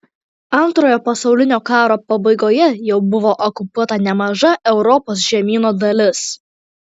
antrojo pasaulinio karo pabaigoje jau buvo okupuota nemaža europos žemyno dalis